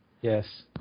Yes